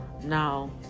Now